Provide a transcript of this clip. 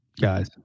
guys